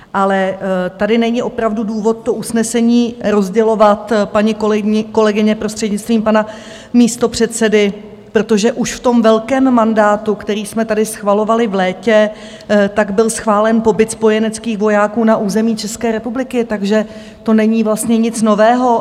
Ale tady není opravdu důvod to usnesení rozdělovat, paní kolegyně, prostřednictvím pana místopředsedy, protože už v tom velkém mandátu, který jsme tady schvalovali v létě, tak byl schválen pobyt spojeneckých vojáků na území České republiky, takže to není vlastně nic nového.